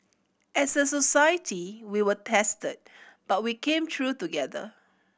as a society we were tested but we came through together